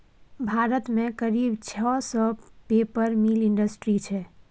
भारत मे करीब छह सय पेपर मिल इंडस्ट्री छै